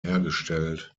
hergestellt